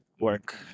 work